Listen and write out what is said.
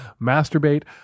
Masturbate